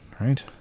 right